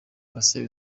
patient